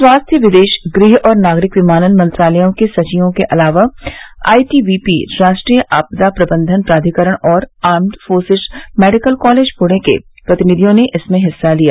स्वास्थ्य विदेश गृह और नागरिक विमानन मंत्रालयों के सचिवों के अलावा आईटीबीपी राष्ट्रीय आपदा प्रबंधन प्राधिकरण और armed forces medical college Pune के प्रतिनिधियों ने इसमें हिस्सा लिया